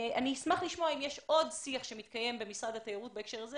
אני אשמח לשמוע אם יש עוד שיח שמתקיים במשרד התיירות בהקשר הזה